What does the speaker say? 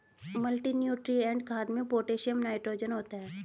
multinutrient खाद में potassium nitrogen होता है